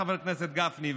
חבר הכנסת גפני,